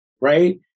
Right